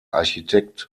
architekt